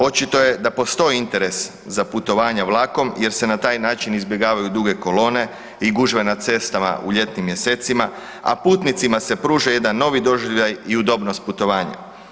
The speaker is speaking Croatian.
Očito je da postoji interes za putovanja vlakom jer se na taj način izbjegavaju duge kolone i gužve na cestama u ljetnim mjesecima a putnicima se pruža jedan novi doživljaj i udobnost putovanja.